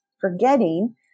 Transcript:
forgetting